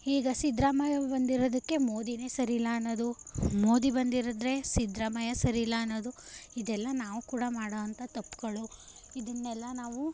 ಈಗ ಸಿದ್ದರಾಮಯ್ಯ ಬಂದಿರೋದಕ್ಕೆ ಮೋದಿಯೇ ಸರಿ ಇಲ್ಲ ಅನ್ನೋದು ಮೋದಿ ಬಂದಿರದ್ರೆ ಸಿದ್ದರಾಮಯ್ಯ ಸರಿ ಇಲ್ಲ ಅನ್ನೋದು ಇದೆಲ್ಲ ನಾವು ಕೂಡ ಮಾಡುವಂಥ ತಪ್ಪುಗಳು ಇದನ್ನೆಲ್ಲ ನಾವು